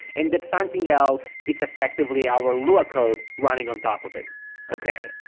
and that something else, it's effectively our lua code running on top of it okay.